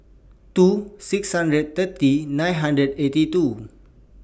two six hundred thirty nine hundred eighty two